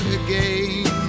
again